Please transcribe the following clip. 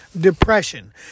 depression